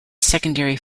secondary